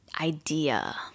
idea